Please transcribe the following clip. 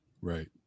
right